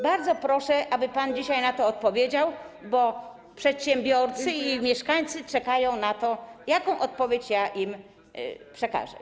Bardzo proszę, aby pan dzisiaj na to odpowiedział, bo przedsiębiorcy i mieszkańcy czekają na to, jaką odpowiedź ja im przekażę.